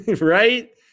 Right